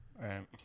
Right